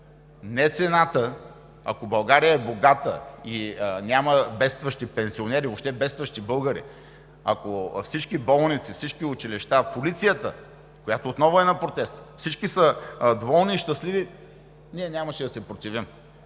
е цената. Ако България е богата и няма бедстващи пенсионери, въобще бедстващи българи, ако всички болници, всички училища, полицията, която отново е на протест, ако всички са доволни и щастливи, ние нямаше да се противим.